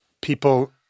people